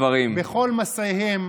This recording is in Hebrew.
בכל מסעיהם